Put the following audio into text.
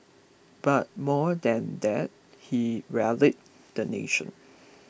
but more than that he rallied the nation